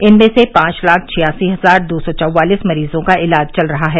इनमें से पांच लाख छियासी हजार दो सौ चौवालीस मरीजों का इलाज चल रहा है